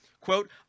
Quote